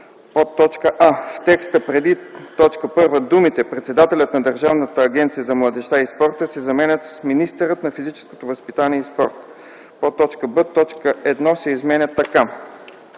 ал. 3: а) в текста преди т. 1 думите „председателят на Държавната агенция за младежта и спорта” се заменят с „министърът на физическото възпитание и спорта”; б) точка 1 се изменя така: